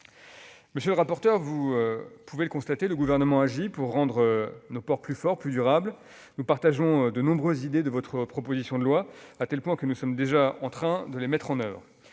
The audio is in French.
Monsieur le rapporteur, vous pouvez le constater, le Gouvernement agit pour rendre nos ports plus forts, plus durables. Nous partageons de nombreuses idées contenues dans cette proposition de loi, à tel point que nous sommes déjà en train de les mettre en oeuvre.